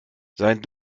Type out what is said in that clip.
sein